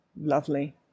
Lovely